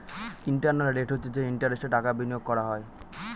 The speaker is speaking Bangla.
ইন্টারনাল রেট হচ্ছে যে ইন্টারেস্টে টাকা বিনিয়োগ করা হয়